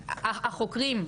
החוקרים,